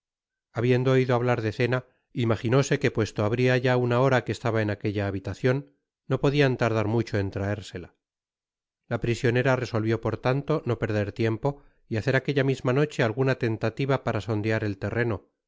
habiendo oido hablar de cena imaginóse que puesto habria ya una hora que estaba en aquella habitacion no podian tardar mucho en traérsela la prisionera resolvió por tanto no perder tiempo y hacer aquella misma noche alguna tentativa para sondear el terreno